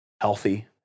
healthy